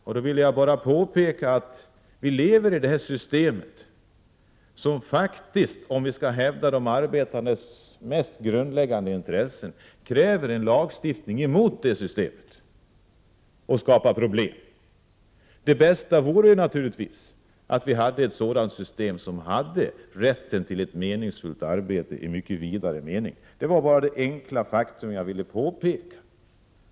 Jag ville bara påpeka att vi lever inom det västerländska systemet, och om vi skall hävda de arbetandes mest grundläggande intressen krävs faktiskt en lagstiftning mot detta system, som skapar problem. Det bästa vore naturligtvis ett system där rätten till ett meningsfullt arbete i mycket vidare mening ingick. Det var bara detta enkla faktum jag ville påpeka.